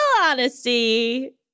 honesty